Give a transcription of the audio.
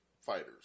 fighters